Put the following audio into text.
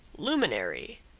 luminary,